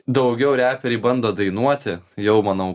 daugiau reperiai bando dainuoti jau manau